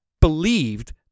believed